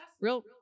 real